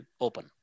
open